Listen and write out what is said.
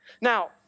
Now